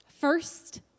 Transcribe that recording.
First